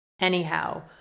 Anyhow